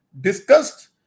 discussed